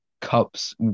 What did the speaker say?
cups